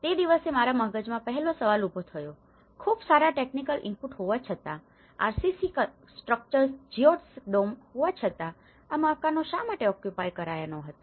તે દિવસે મારા મગજમાં પહેલો સવાલ ઉભો થયો ખૂબ સારા ટેકનીકલ ઇનપુટ હોવા છતાંRCC સ્ટ્રક્ચર્સ જિઓડ્સિક ડોમ્સ હોવા છતાં આ મકાનો શા માટે ઓક્યુપાય કરાયા ન હતા